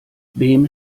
wem